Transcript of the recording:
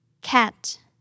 Cat